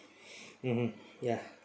mmhmm ya